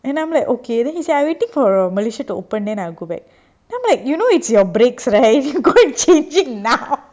and I'm like okay then he say I'm waiting for malaysia to open then I'll go back then I'm like you know it's your brakes right you go and change it now